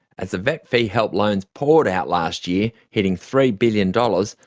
as the vet fee-help loans poured out last year, hitting three billion dollars,